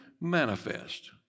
manifest